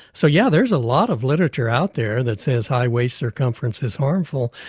so yeah, there's a lot of literature out there that says high waist circumference is harmful,